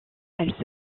elle